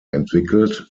entwickelt